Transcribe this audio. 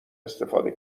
استفاده